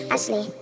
Ashley